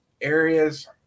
areas